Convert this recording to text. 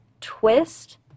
twist